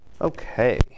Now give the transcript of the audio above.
Okay